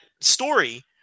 story